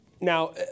Now